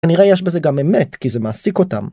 ‫נראה יש בזה גם אמת, ‫כי זה מעסיק אותם.